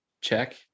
Check